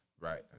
Right